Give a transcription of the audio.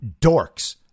dorks